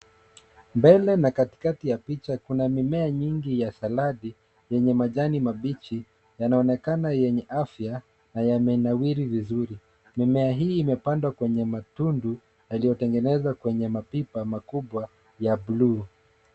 Mbele na katikati ya picha kuna mimea nyingi ya saladi yenye majani mabichi. Yanaonekana yenye afya na yamenawiri vizuri. Mimea hii imepandwa kwenye matundu yaliyotengenezwa kwenye mapipa makubwa ya buluu.